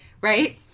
right